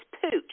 Pooch